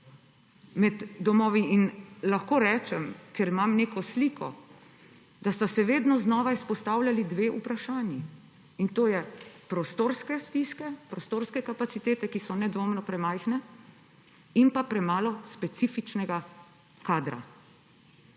med domovi in lahko rečem, ker imam neko sliko, da sta se vedno znova izpostavljali dve vprašanji, to je prostorske stiske, prostorske kapacitete, ki so nedvoumno premajhne, in pa premalo specifičnega kadra.